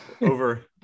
over